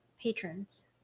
patrons